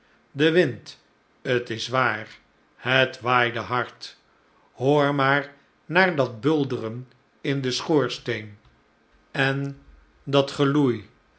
de wind t is waar het waaide hard hoor maar naar dat bulderen in den schoorsteen en dat geloei